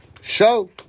Show